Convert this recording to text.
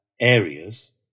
areas